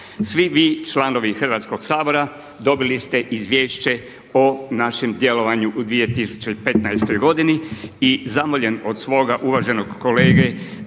Svi vi članovi Hrvatskog sabora dobili ste izvješće o našem djelovanju u 2015. godini i zamoljen od svoga uvaženog kolege,